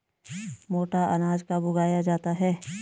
मोटा अनाज कब उगाया जाता है?